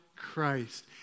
Christ